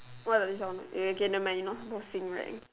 what does it sound eh never mind you not supposed to sing right